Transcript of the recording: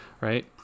right